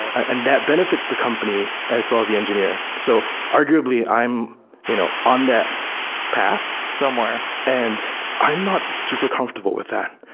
and that benefits the company as well as the engineer. so arguably, i'm you know on that path somewhere and i'm not super comfortable with that.